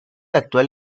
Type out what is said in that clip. actual